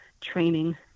training